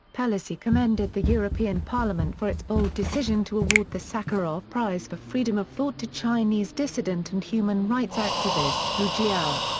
pelosi commended the european parliament for its bold decision to award the sakharov prize for freedom thought to chinese dissident and human rights activist hu jia.